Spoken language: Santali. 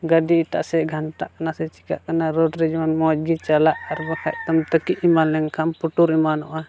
ᱜᱟᱹᱰᱤ ᱮᱴᱟᱜ ᱥᱮᱫ ᱜᱷᱟᱱᱴᱟᱜ ᱠᱟᱱᱟ ᱪᱤᱠᱟᱹᱜ ᱠᱟᱱᱟ ᱨᱳᱰ ᱨᱮ ᱡᱮᱢᱚᱱ ᱢᱚᱡᱽ ᱜᱮ ᱪᱟᱞᱟᱜ ᱟᱨ ᱵᱟᱠᱷᱟᱡ ᱛᱚᱢ ᱛᱟᱹᱠᱤᱡ ᱮᱢᱟᱱ ᱞᱮᱱᱠᱷᱟᱡ ᱮᱢ ᱯᱩᱴᱩᱨ ᱮᱢᱟᱱᱚᱜᱼᱟ